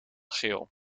geel